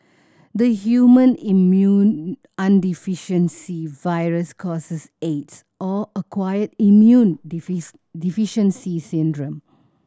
the human immunodeficiency virus causes Aids or acquired immune deficiency syndrome